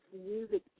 music